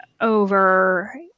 over